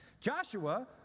Joshua